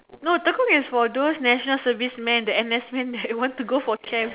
no Tekong is for those national service men the N_S men that want to go for camp